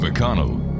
McConnell